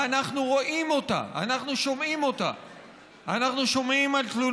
ואנחנו רואים אותה, אנחנו שומעים אותה.